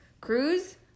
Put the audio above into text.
Cruise